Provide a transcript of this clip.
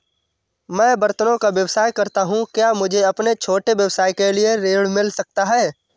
मैं बर्तनों का व्यवसाय करता हूँ क्या मुझे अपने छोटे व्यवसाय के लिए ऋण मिल सकता है?